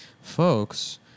Folks